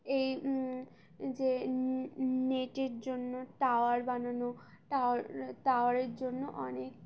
এই যে নেটের জন্য টাওয়ার বানানো টাওয়ার টাওয়ারের জন্য অনেক